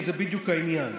כי זה בדיוק העניין.